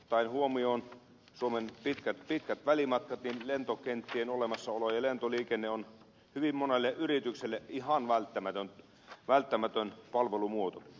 ottaen huomioon suomen pitkät välimatkat lentokenttien olemassaolo ja lentoliikenne on hyvin monelle yritykselle ihan välttämätön palvelumuoto